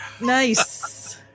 Nice